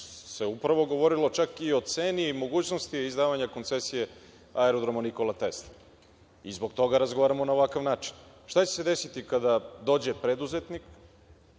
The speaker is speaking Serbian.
se upravo govorilo i o ceni i mogućnosti izdavanja koncesije aerodroma „Nikola Tesla“ i zbog toga razgovaramo na ovakav način. Šta će se desiti kada dođe preduzetnik